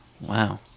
Wow